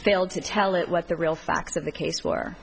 failed to tell it what the real facts of the case were